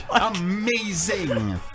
amazing